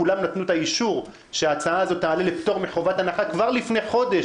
כולם נתנו את האישור שההצעה הזאת תעלה לפטור מחובת הנחה כבר לפני חודש.